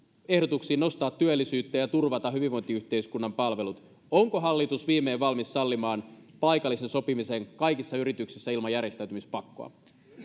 ehdotuksiin nostaa työllisyyttä ja turvata hyvinvointiyhteiskunnan palvelut onko hallitus viimein valmis sallimaan paikallisen sopimisen kaikissa yrityksissä ilman järjestäytymispakkoa